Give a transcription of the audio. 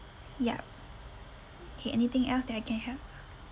yup okay anything else that I can help